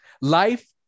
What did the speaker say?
life